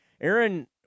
Aaron